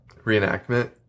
reenactment